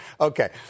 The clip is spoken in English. Okay